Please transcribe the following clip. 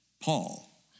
Paul